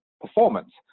performance